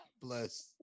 Bless